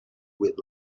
with